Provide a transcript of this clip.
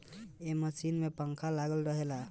ए machine में पंखा लागल रहेला